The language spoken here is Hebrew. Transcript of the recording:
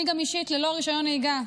אני אישית ללא רישיון נהיגה,